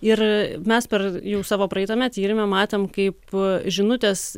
ir mes per jau savo praeitame tyrime matėm kaip žinutės